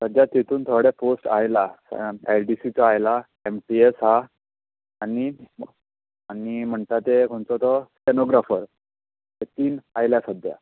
सध्याक तितून थोडे पॉस्ट आयला एल डी सी चो आयला एम टी एस आसा आनी आनी म्हणटा ते खंयचो सॉनोग्राफर हे तीन आयला सध्या